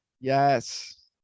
yes